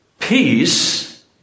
Peace